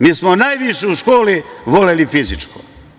Mi smo najviše u školi voleli fizičko.